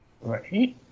Right